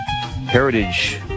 Heritage